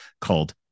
called